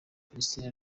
palestine